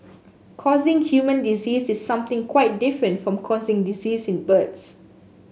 causing human disease is something quite different from causing disease in birds